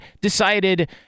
decided